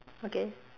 okay